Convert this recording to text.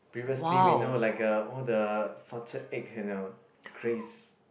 previously we know like a all the salted egg you know craze